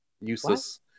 useless